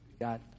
got